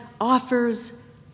offers